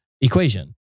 equation